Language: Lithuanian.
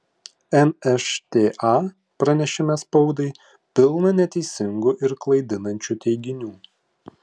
nšta pranešime spaudai pilna neteisingų ir klaidinančių teiginių